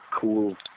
cool